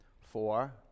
Four